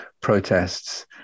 protests